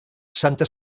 santa